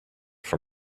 for